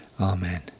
Amen